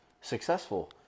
successful